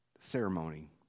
Ceremony